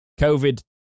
COVID